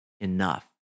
enough